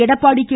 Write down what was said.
Edappadi K